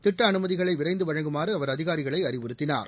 திட்ட அனுமதிகளை விரைந்து வழங்குமாறு அவர் அதிகாரிகளை அறிவுறுத்தினார்